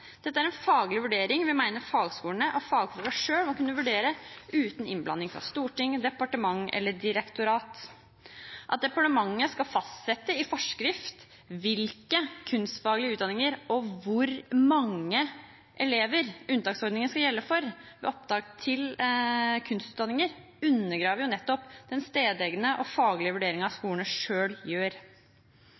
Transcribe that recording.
Dette er en faglig vurdering vi mener fagskolene og fagfolkene selv må kunne foreta, uten innblanding fra storting, departement eller direktorat. At departementet skal fastsette i forskrift hvilke kunstfaglige utdanninger som kan omfattes av unntaket, og hvor mange elever unntaksordningen skal gjelde for ved opptak til kunstutdanninger, undergraver nettopp den stedegne og faglige vurderingen skolene selv gjør.